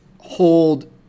hold